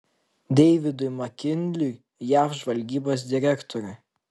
deividui makinliui jav žvalgybos direktoriui